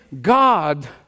God